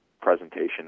presentation